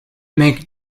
make